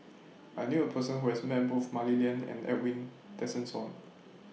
I knew A Person Who has Met Both Mah Li Lian and Edwin Tessensohn